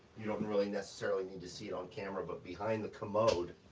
you don't really necessarily need to see it on camera, but behind the commode,